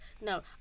No